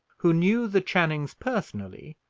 who knew the channings personally,